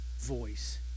voice